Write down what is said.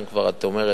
אם כבר את אומרת,